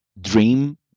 dream